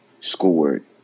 scored